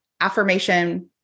affirmation